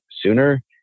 sooner